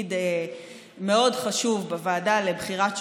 לתפקיד מאוד חשוב בוועדה לבחירת שופטים,